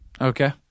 Okay